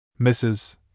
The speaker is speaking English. Mrs